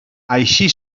així